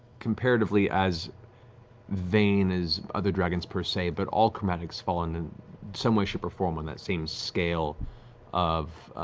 comparatively as vain as other dragons per se, but all chromatics fall and in some way shape or form on that same scale of